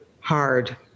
hard